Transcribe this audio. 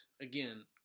Again